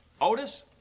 Otis